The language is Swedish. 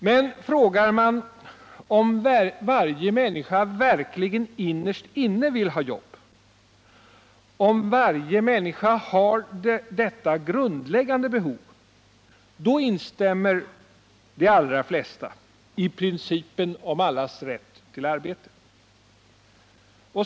Men frågar man om varje människa verkligen innerst inne vill ha ett jobb, om varje människa har detta grundläggande behov, då instämmer de allra flesta i principen om allas rätt till arbete.